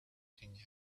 king